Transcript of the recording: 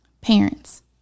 Parents